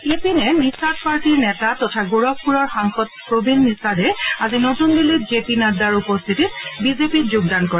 ইপিনে নিশাদ পাৰ্টীৰ নেতা তথা গোৰখপুড়ৰ সাংসদ প্ৰবীণ নিশাদে আজি নতুন দিল্লীত জে পি নাড্ডাৰ উপস্থিতিত বিজেপিত যোগদান কৰে